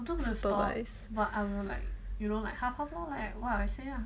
to supervise